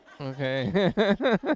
Okay